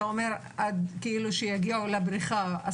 אתה אומר שיגיעו לבריכה.